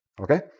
Okay